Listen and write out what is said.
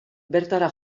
bertara